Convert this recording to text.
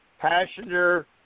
Passenger